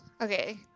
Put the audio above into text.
okay